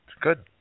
good